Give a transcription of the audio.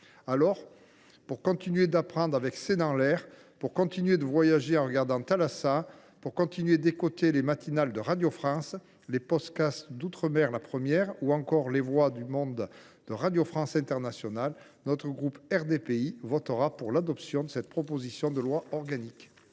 Alors, pour continuer d’apprendre avec C dans l’air, pour continuer de voyager en regardant Thalassa, pour continuer d’écouter les matinales de Radio France, les podcasts d’Outre mer la 1 ou encore les voix du monde de Radio France International, le groupe RDPI votera en faveur de cette proposition de loi organique.